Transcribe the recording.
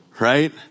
right